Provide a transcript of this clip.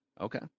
Okay